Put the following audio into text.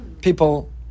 people